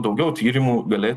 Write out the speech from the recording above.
daugiau tyrimų gali